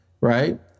Right